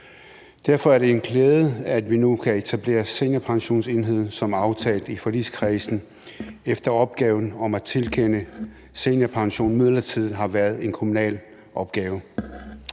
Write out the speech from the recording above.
Derfor er det en glæde, at vi nu kan etablere Seniorpensionsenheden som aftalt i forligskredsen, efter at opgaven om at tilkende seniorpension midlertidigt har været en kommunal opgave.